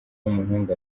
w’umuhungu